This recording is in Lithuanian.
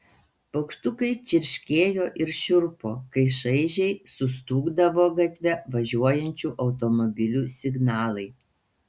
paukštukai čirškėjo ir šiurpo kai šaižiai sustūgdavo gatve važiuojančių automobilių signalai